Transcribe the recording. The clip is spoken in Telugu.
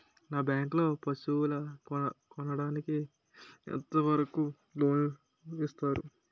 బ్యాంక్ లో పశువుల కొనడానికి ఎంత వరకు లోన్ లు ఇస్తారు?